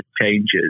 changes